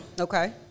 Okay